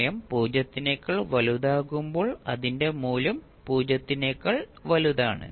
സമയം 0 നെക്കാൾ വലുതാകുമ്പോൾ അതിന്റെ മൂല്യം 0 നേക്കാൾ വലുതാണ്